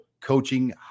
coaching